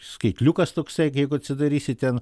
skaitliukas toksai jeigu atsidarysit ten